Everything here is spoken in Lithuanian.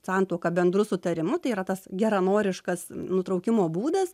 santuoką bendru sutarimu tai yra tas geranoriškas nutraukimo būdas